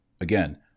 Again